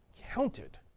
counted